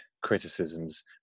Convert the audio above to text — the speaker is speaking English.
criticisms